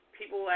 people